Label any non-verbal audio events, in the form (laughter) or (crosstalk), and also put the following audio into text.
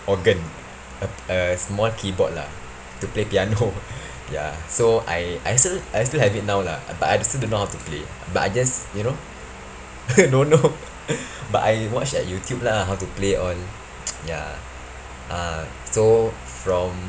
organ a a small keyboard lah to play piano (breath) ya so I I still I still have it now lah but I still don't know how to play but I just you know (laughs) don't know (breath) but I watch at youtube lah how to play all (noise) ya uh so from